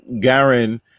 Garen